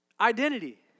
identity